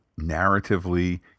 narratively